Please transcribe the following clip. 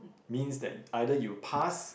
means that either you passed